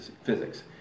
physics